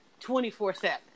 24-7